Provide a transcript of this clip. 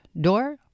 door